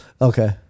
Okay